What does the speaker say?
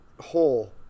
hole